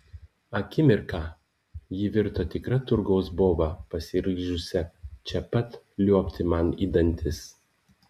akimirką ji virto tikra turgaus boba pasiryžusia čia pat liuobti man į dantis